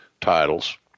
titles